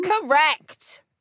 Correct